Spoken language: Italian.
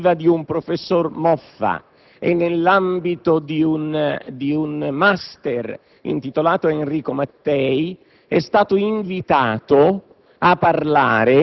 su iniziativa del professore Moffa e nell'ambito di un *master* intitolato ad Enrico Mattei, è stato invitato